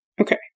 Okay